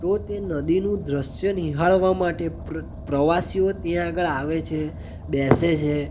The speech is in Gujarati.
તો તે નદીનું દૃશ્ય નિહાળવા માટે પ્ર પ્રવાસીયો ત્યાં આગળ આવે છે બેસે છે